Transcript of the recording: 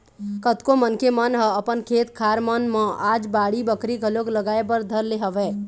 कतको मनखे मन ह अपन खेत खार मन म आज बाड़ी बखरी घलोक लगाए बर धर ले हवय